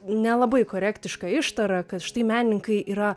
nelabai korektišką ištarą kad štai menininkai yra